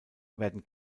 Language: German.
werden